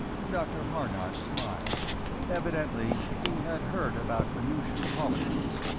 dr. harnosh smiled evidently he had heard about venusian politics.